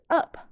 up